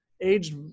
aged